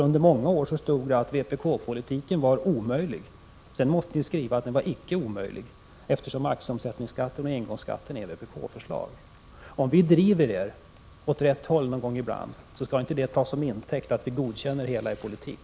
Under många år stod det att vpk:s politik var omöjlig. Sedan var ni tvungna att skriva att den icke var omöjlig, eftersom aktieomsättningsskatten och engångsskatten var vpkförslag. Om vi någon gång ibland driver er åt rätt håll skall det inte tas som intäkt för att vi godkänner hela er politik.